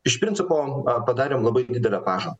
iš principo a padarėm labai didelę paža